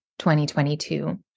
2022